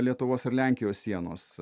lietuvos ir lenkijos sienos